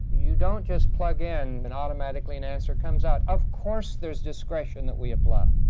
you don't just plug in and automatically an answer comes out. of course, there's discretion that we apply.